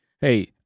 hey